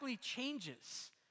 changes